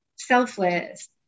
selfless